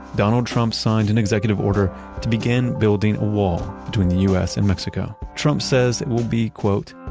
donald trump signed an executive order to begin building a wall between the us and mexico. trump says that will be quote,